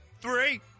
three